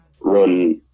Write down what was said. run